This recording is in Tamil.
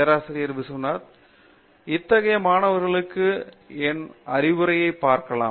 பேராசிரியர் பாபு விஸ்வநாதன் இத்தகைய மாணவர்களுக்கு என் அறிவுரையை பார்க்கலாம்